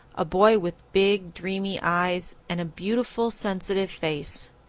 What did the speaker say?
a boy with big, dreamy eyes and a beautiful, sensitive face.